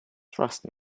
trust